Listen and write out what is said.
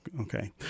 Okay